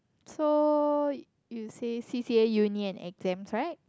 so you say C_C_A uni and exams right